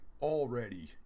already